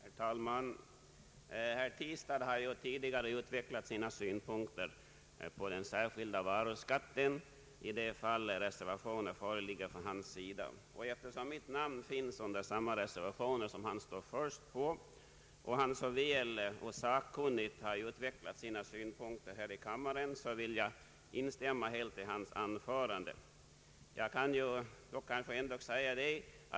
Herr talman! Herr Tistad har tidigare utvecklat sina synpunkter på den särskilda varuskatten i de fall reservationer föreligger från hans sida. Eftersom mitt namn finns under samma reservationer och herr Tistad så väl och sakkunnigt redogjort för reservanternas syn på föreliggande frågor vill jag helt instämma i hans anförande.